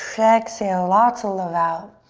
so exhale, lots of love out.